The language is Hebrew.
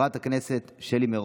חברת הכנסת שלי מירון.